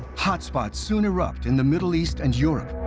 hotspots soon erupt in the middle east and europe,